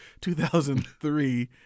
2003